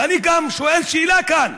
ואני גם שואל שאלה כאן: